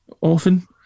often